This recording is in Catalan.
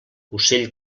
ocell